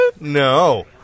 No